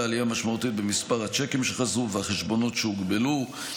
חלה עלייה משמעותית במספר הצ'קים שחזרו ובמספר החשבונות שהוגבלו".